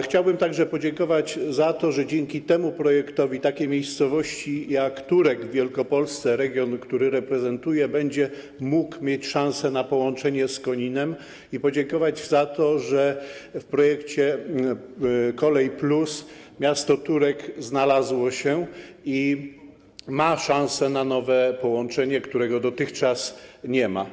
Chciałbym także podziękować za to, że dzięki temu projektowi taka miejscowość jak Turek w Wielkopolsce, region, który reprezentuję, będzie miała szansę na połączenie z Koninem, i za to, że w projekcie „Kolej+” miasto Turek znalazło się i ma szansę na nowe połączenie, którego dotychczas nie miało.